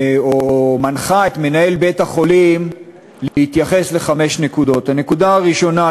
מנחה את מנהל בית-החולים להתייחס לחמש נקודות: הנקודה הראשונה,